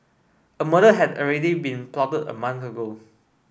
a murder had already been plotted a month ago